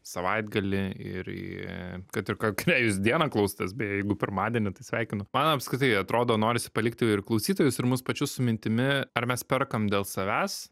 savaitgalį ir į kad ir kokią jūs dieną klausotės beje jeigu pirmadienį tai sveikinu man apskritai atrodo norisi palikti ir klausytojus ir mus pačius su mintimi ar mes perkam dėl savęs